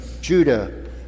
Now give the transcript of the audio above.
Judah